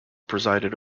presided